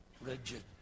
rigid